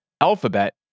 alphabet